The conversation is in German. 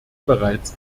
bereits